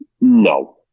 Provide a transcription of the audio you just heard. No